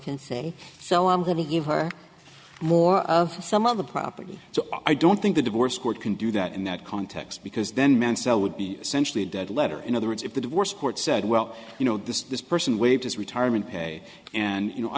can say so i'm going to give her more of some of the property so i don't think the divorce court can do that in that context because then mansell would be essentially a dead letter in other words if the divorce court said well you know this this person waived his retirement pay and you know i